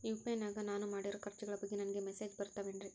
UPI ನಾಗ ನಾನು ಮಾಡಿರೋ ಖರ್ಚುಗಳ ಬಗ್ಗೆ ನನಗೆ ಮೆಸೇಜ್ ಬರುತ್ತಾವೇನ್ರಿ?